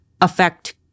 affect